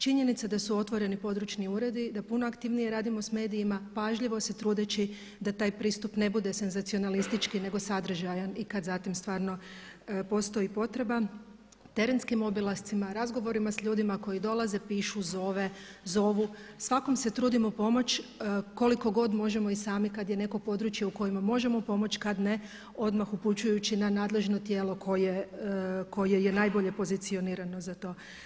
Činjenica da su otvoreni područni uredi, da puno aktivnije radimo sa medijima pažljivo se trudeći da taj pristup ne bude senzacionalistički nego sadržajan i kad za tim stvarno postoji potreba, terenskim obilascima, razgovorima s ljudima koji dolaze, pišu, zovu svakom se trudimo pomoći koliko god možemo i sami kada je neko područje u kojemu pomoć, kada ne odmah upućujući na nadležno tijelo koje je najbolje pozicionirano za to.